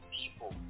people